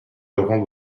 laurent